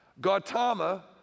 Gautama